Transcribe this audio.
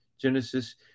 genesis